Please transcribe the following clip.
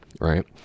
right